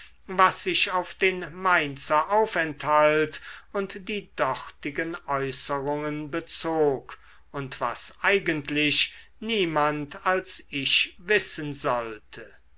was sich auf den mainzer aufenthalt und die dortigen äußerungen bezog und was eigentlich niemand als ich wissen sollte